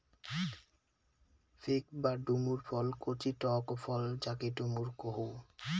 fig বা ডুমুর ফল কচি টক ফল যাকি ডুমুর কুহু